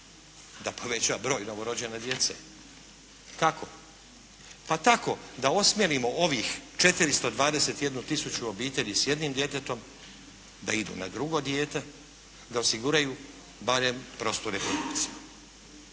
da poveća broj novorođene djece. Kako? Pa tako da osmjelimo ovih 421 tisuću obitelji s jednim djetetom da idu na drugo dijete, da osiguraju barem prostu reprodukciju.